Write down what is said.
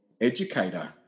educator